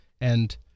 and-